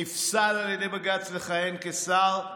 נפסל על ידי בג"ץ לכהן כשר,